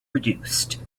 reduced